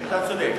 אתה צודק.